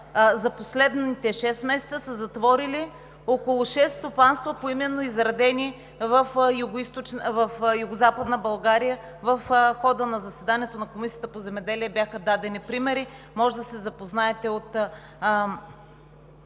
за последните шест месеца са затворили около шест стопанства, поименно изредени в Югозападна България. В хода на заседанието на Комисията по земеделие бяха дадени примери, може да се запознаете от